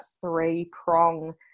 three-prong